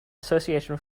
association